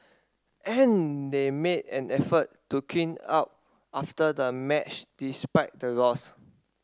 and they made an effort to clean up after the match despite the loss